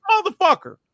motherfucker